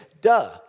duh